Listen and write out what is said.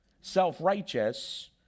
self-righteous